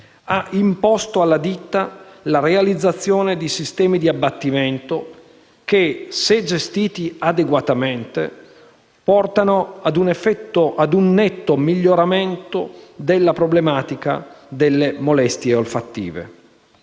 ha imposto alla ditta la realizzazione di sistemi di abbattimento che, se gestiti adeguatamente, portano ad un netto miglioramento della problematica delle molestie olfattive.